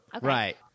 Right